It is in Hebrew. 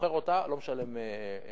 ומוכר אותה לא משלם מס?